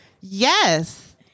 Yes